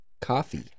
coffee